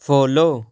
follow